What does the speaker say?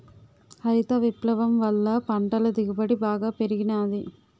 హరిత విప్లవం వల్ల పంటల దిగుబడి బాగా పెరిగినాది